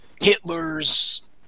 Hitler's